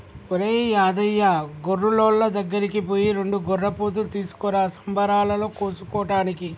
ఒరేయ్ యాదయ్య గొర్రులోళ్ళ దగ్గరికి పోయి రెండు గొర్రెపోతులు తీసుకురా సంబరాలలో కోసుకోటానికి